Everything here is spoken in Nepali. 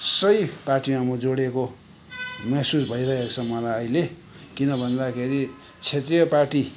सही पार्टीमा मो जोडिएको महसुस भइरहेको छ मलाई अहिले किन भन्दाखेरि क्षेत्रीय पार्टी